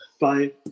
Bye